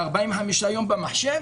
45 יום במחשב